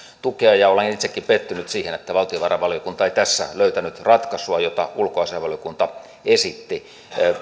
tukea ja olen itsekin pettynyt siihen että valtiovarainvaliokunta ei tässä löytänyt ratkaisua jota ulkoasiainvaliokunta esitti